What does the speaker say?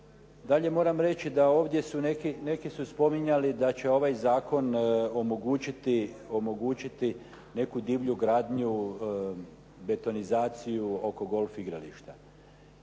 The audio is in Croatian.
Dalje moram reći da ovdje su neki, neki su spominjali da će ovaj zakon omogućiti neku divlju gradnju, betonizaciju oko golf igrališta.